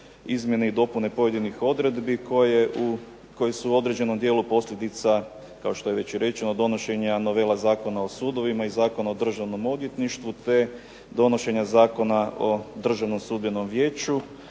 izmjene i dopune pojedinih odredbi, koje su u određenom dijelu posljedica kao što je već i rečeno donošenja novela Zakona o sudovima i Zakona o Državnom odvjetništvu, te donošenja Zakona o Državnom sudbenom vijeću,